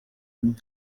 umwe